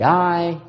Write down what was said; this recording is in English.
die